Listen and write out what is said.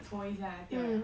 推一下掉 liao